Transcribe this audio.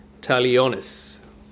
talionis